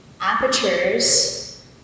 apertures